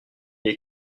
est